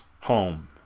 home